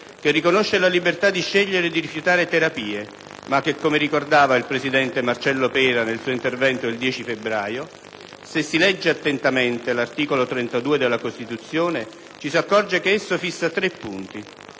che riconosce la libertà di scegliere e di rifiutare terapie. Ma, come ricordava il presidente Marcello Pera, nel suo intervento del 10 febbraio: «Se si legge attentamente l'articolo 32 della Costituzione, ci si accorge che esso fissa tre punti.